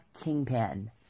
kingpin